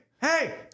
hey